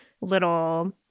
little